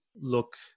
look